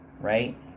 Right